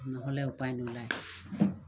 নহ'লে উপায় নোলায়